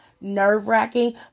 nerve-wracking